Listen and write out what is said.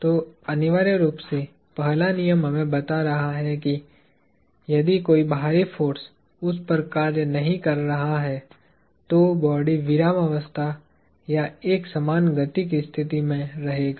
तो अनिवार्य रूप से पहला नियम हमें बता रहा है कि यदि कोई बाहरी फोर्स उस पर कार्य नहीं कर रहा है तो बॉडी विरामावस्था या एकसमान गति की स्थिति में रहेगा